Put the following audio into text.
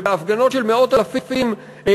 ובהפגנות של מאות אלפי אנשים,